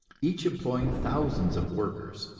each employing thousands of workers.